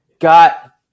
got